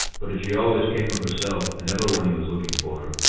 but, as she always came of herself, and never when he was looking for